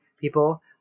people